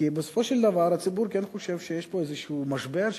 כי בסופו של דבר הציבור כן חושב שיש פה איזשהו משבר,